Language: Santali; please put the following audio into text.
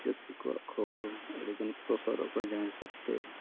ᱪᱟᱹᱥᱤ ᱠᱚᱣᱟᱜ ᱠᱷᱚᱵᱚᱨ ᱟᱹᱰᱤᱜᱟᱱ ᱯᱨᱚᱥᱟᱨᱚᱜ ᱠᱟᱱᱟ ᱡᱟᱦᱟᱸ ᱦᱤᱥᱟᱹᱵ ᱛᱮ